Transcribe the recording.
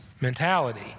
mentality